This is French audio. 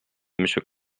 monsieur